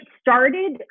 started